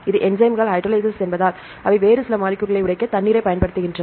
இந்த என்சைம்கள் ஹைட்ரோலேஸ் என்பதால் அவை வேறு சில மாலிக்யூல்லை உடைக்க தண்ணீரைப் பயன்படுத்துகின்றன